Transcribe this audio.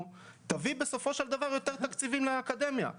תביא בסופו של דבר יותר תקציבים לאקדמיה.